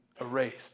erased